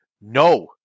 No